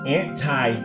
anti